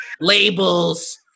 labels